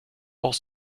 auch